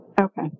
Okay